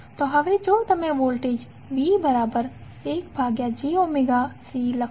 તો હવે જો તમે વોલ્ટેજ VIjωC લખો